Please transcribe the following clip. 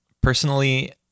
Personally